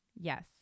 yes